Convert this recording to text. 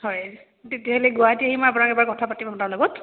হয় তেতিয়াহ'লে গুৱাহাটী আহি মই আপোনাক এবাৰ কথা পাতিম আপোনাৰ লগত